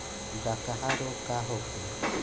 डकहा रोग का होखे?